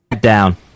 Down